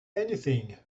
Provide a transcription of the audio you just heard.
anything